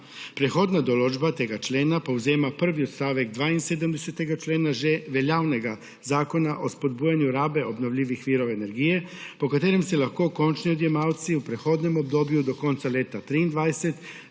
Prehodna določba tega člena povzema prvi odstavek 72. člena že veljavnega Zakona o spodbujanju rabe obnovljivih virov energije, po katerem se lahko končni odjemalci v prehodnem obdobju do konca leta 2023